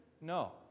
No